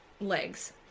legs